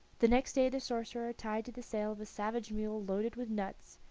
the next day the sorcerer, tied to the tail of a savage mule loaded with nuts,